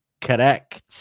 Correct